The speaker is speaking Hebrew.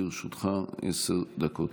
לרשותך עשר דקות.